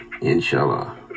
Inshallah